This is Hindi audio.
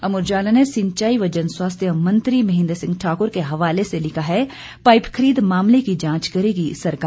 अमर उजाला ने सिंचाई व जनस्वास्थ्य मंत्री महेंद्र सिंह ठाकुर के हवाले से लिखा है पाइप खरीद मामले की जांच करेगी सरकार